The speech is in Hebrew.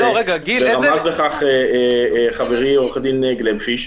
ורמז לכך חברי עו"ד גלבפיש,